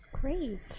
Great